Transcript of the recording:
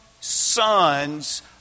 sons